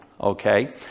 okay